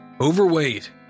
overweight